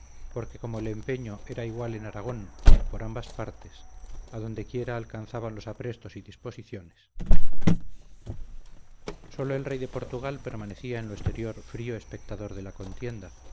porque como el empeño era igual en aragón por ambas partes a donde quiera alcanzaban los aprestos y disposiciones sólo el rey de portugal permanecía en lo exterior frío espectador de la contienda